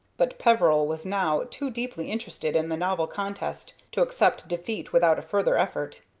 but peveril was now too deeply interested in the novel contest to accept defeat without a further effort.